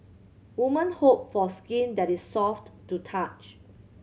women hope for skin that is soft to touch